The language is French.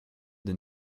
des